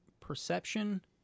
perception